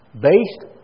based